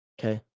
okay